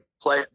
Play